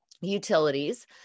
utilities